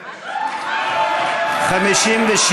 נתקבל.